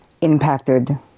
impacted